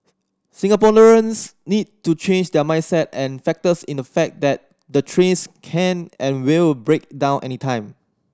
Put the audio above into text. Singaporeans need to change their mindset and factors in the fact that the trains can and will break down anytime